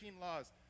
laws